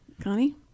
Connie